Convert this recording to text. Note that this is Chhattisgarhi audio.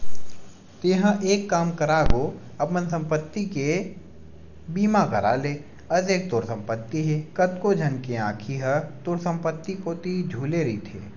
तेंहा एक काम कर गो अपन संपत्ति के बीमा करा ले अतेक तोर संपत्ति हे कतको झन के आंखी ह तोर संपत्ति कोती झुले रहिथे